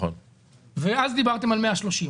ואז דיברתם על 130,